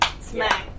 smack